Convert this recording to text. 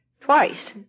twice